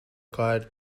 card